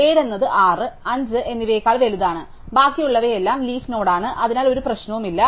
7 എന്നത് 6 5 എന്നിവയേക്കാൾ വലുതാണ് ബാക്കിയുള്ളവയെല്ലാം ലീഫ് നോഡാണ് അതിനാൽ ഒരു പ്രശ്നവുമില്ല